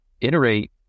iterate